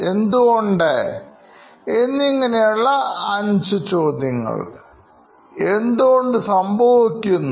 എന്തുകൊണ്ട് സംഭവിക്കുന്നു